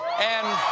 and